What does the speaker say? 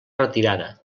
retirada